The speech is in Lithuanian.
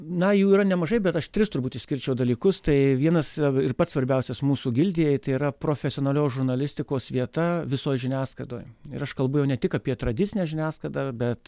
na jų yra nemažai bet aš tris turbūt išskirčiau dalykus tai vienas ir pats svarbiausias mūsų gildijai tai yra profesionalios žurnalistikos vieta visoj žiniasklaidoj ir aš kalbu jau ne tik apie tradicinę žiniasklaidą bet